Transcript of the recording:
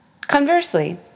Conversely